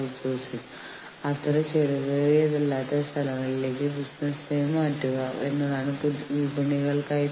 ഒരു യൂണിയൻ രൂപീകരിക്കാതിരിക്കാൻ ജീവനക്കാരെ ബോധ്യപ്പെടുത്താൻ ജീവനക്കാർക്ക് വാഗ്ദാനം നൽക്കികൊണ്ട് അവർ ശ്രമിച്ചേക്കാം